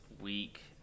week